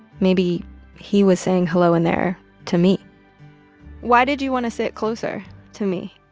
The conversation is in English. maybe he was saying, hello in there, to me why did you want to sit closer to me?